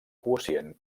quocient